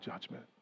judgment